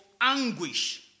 anguish